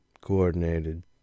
coordinated